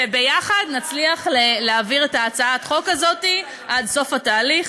ויחד נצליח להעביר את הצעת החוק הזאת עד סוף התהליך.